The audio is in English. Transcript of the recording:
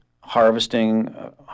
harvesting